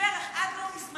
סיפר איך עד לא מזמן,